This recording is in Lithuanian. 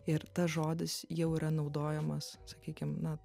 ir tas žodis jau yra naudojamas sakykim na